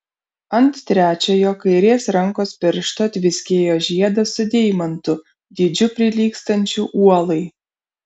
ant trečiojo kairės rankos piršto tviskėjo žiedas su deimantu dydžiu prilygstančiu uolai